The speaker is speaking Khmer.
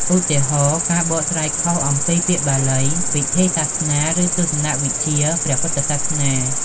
ឧទាហរណ៍ ការបកស្រាយខុសអំពីពាក្យបាលី ពិធីសាសនា ឬទស្សនៈវិជ្ជាព្រះពុទ្ធសាសនា។